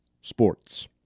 sports